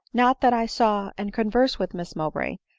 not that i saw and conversed with miss mow bray,